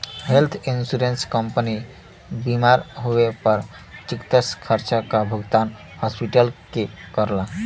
health insurance company बीमार होए पर चिकित्सा खर्चा क भुगतान हॉस्पिटल के करला